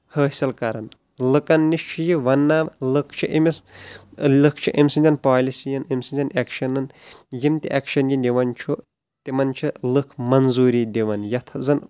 حٲصل کران لُکن نِش چھِ یہِ وننا لُکھ چھِ أمِس لُکھ چھِ أمۍ سنٛدٮ۪ن پالسی ین أمۍ سنٛزٮ۪ن ایٚکشنن یِم تہِ ایٚکشن یہِ نِوان چھُ تِمن چھِ لُکھ منظوری دِوان یتھ زَن